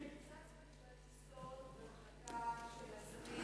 שיקוצץ בטיסות במחלקת עסקים.